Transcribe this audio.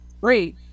great